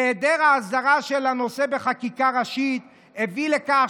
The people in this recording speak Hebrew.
היעדר ההסדרה של הנושא בחקיקה ראשית הביא לכך